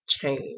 change